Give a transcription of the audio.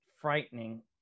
frightening